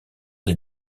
des